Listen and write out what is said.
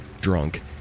drunk